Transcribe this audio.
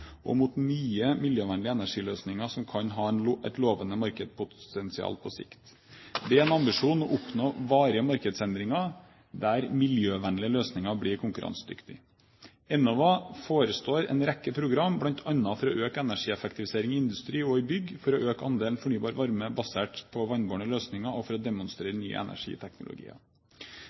og mot nye miljøvennlige energiløsninger som kan ha et lovende markedspotensial på sikt. Det er en ambisjon å oppnå varige markedsendringer, der miljøvennlige løsninger blir konkurransedyktige. Enova forestår en rekke programmer, bl.a. for å øke energieffektivisering i industri og i bygg, for å øke andelen fornybar varme basert på vannbårne løsninger og for å demonstrere nye energiteknologier.